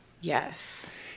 Yes